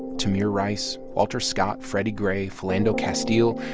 tamir rice, walter scott, freddie gray, philando castile.